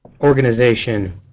organization